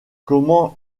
comment